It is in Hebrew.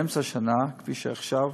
באמצע השנה, כפי שעכשיו,